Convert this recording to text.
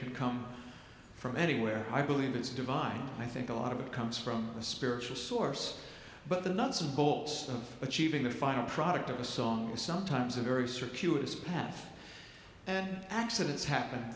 can come from anywhere i believe it's divine i think a lot of it comes from the spiritual source but the nuts and bolts of achieving the final product of a song is sometimes a very circuitous path and accidents happen